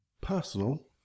Personal